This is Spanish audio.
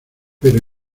pero